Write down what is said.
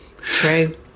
True